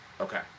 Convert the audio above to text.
Okay